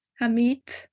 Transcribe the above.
Hamid